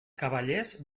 cavallers